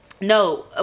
no